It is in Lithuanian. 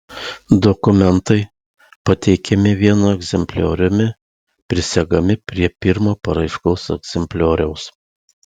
dokumentai pateikiami vienu egzemplioriumi prisegami prie pirmo paraiškos egzemplioriaus